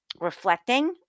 reflecting